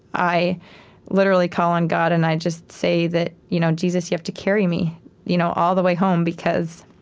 i literally call on god, and i just say that you know jesus, you have to carry me you know all the way home, because